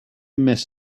mess